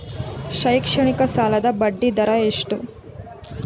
ಶೈಕ್ಷಣಿಕ ಸಾಲದ ಬಡ್ಡಿ ದರ ಎಷ್ಟು?